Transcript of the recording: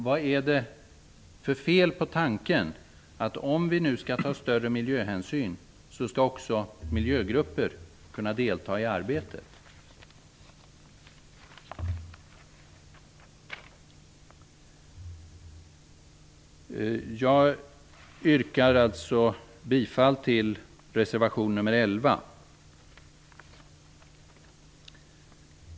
Vad är det för fel på tanken att också miljögrupper skall kunna delta i arbetet, om vi nu skall ta större miljöhänsyn? Jag yrkar alltså bifall till reservation nr 11.